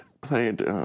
played